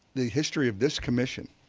the history of this commission,